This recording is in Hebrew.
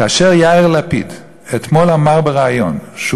כאשר יאיר לפיד אתמול אמר בריאיון שהוא